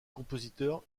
compositeur